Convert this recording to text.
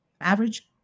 Average